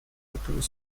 который